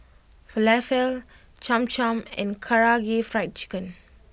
Falafel Cham Cham and Karaage Fried Chicken